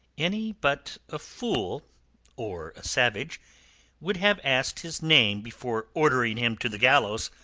any but a fool or a savage would have asked his name before ordering him to the gallows.